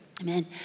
Amen